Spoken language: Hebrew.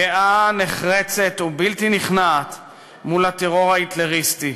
גאה, נחרצת ובלתי נכנעת מול הטרור ההיטלריסטי.